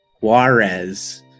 Juarez